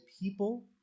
people